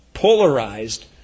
Polarized